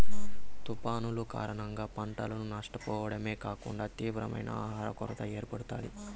తుఫానులు కారణంగా పంటను నష్టపోవడమే కాకుండా తీవ్రమైన ఆహర కొరత ఏర్పడుతాది